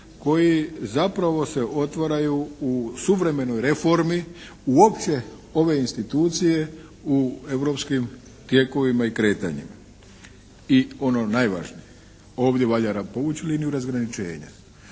koji zapravo se otvaraju u suvremenoj reformi uopće ove institucije u europskim tijekovima i kretanjima. I ono najvažnije, ovdje valja povući liniju razgraničenja.